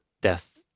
death